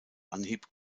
anhieb